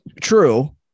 true